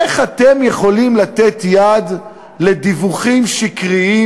איך אתם יכולים לתת יד לדיווחים שקריים